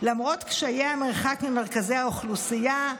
למרות קשיי המרחק ממרכזי האוכלוסייה,